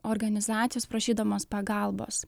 organizacijos prašydamos pagalbos